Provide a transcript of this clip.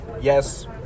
yes